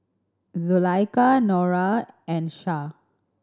Zulaikha Nura and Shah